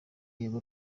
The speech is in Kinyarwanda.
yego